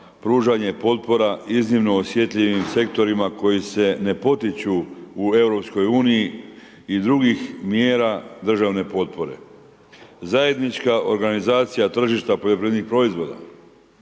pružanje potpora iznimno osjetljivim sektorima kojim se ne potiču u EU-u i drugih mjera državne potpore. Zajednička organizacija tržišta poljoprivrednih proizvoda,